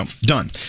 Done